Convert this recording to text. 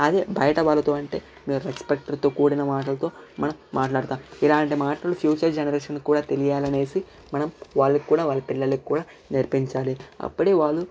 అదే బయట వాళ్ళతో అంటే రెస్పెక్టెడ్ తో కూడిన మాటలతో మనం మాట్లాడుతాం ఇలాంటి మాటలు ఫ్యూచర్ జనరేషన్ కి కూడా తెలియాలనేసి మనం వాళ్ళక్కూడా వాళ్ళ పిల్లలకు కూడా నేర్పించాలి అప్పుడే వాళ్ళు